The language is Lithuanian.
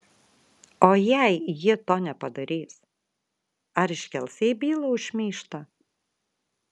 o jei ji to nepadarys ar iškels jai bylą už šmeižtą